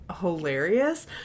hilarious